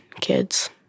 kids